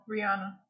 Rihanna